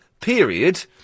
period